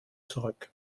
zurück